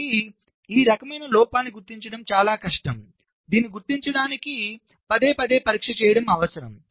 కాబట్టి ఈ రకమైన లోపాలను గుర్తించడం చాలా కష్టం దీనికి గుర్తించడానికి పదేపదే పరీక్ష అవసరం